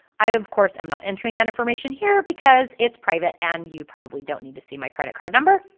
i of course am not entering that information here because it's private and you probably don't need to see my credit card number,